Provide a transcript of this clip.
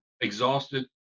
exhausted